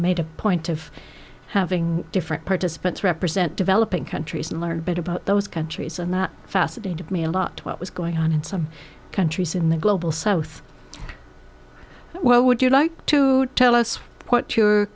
made a point of having different participants represent developing countries and learn a bit about those countries and that fascinated me a lot what was going on in some countries in the global south well would you like to tell us what your